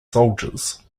soldiers